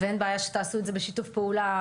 ואין בעיה שתעשו את זה בשיתוף פעולה,